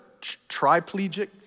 triplegic